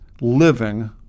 living